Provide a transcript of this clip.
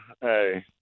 hey